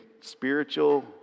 spiritual